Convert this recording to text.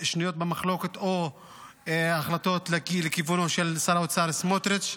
החלטות שנויות במחלוקת או החלטות לכיוונו של שר האוצר סמוטריץ'.